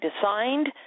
designed